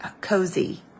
cozy